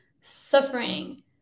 suffering